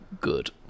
good